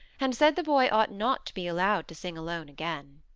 and said the boy ought not to be allowed to sing alone again.